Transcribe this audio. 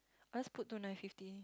I just put to nine fifty